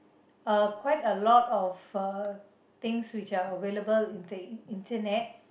uh quite a lot of uh things which are available in the internet